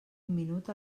minut